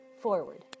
forward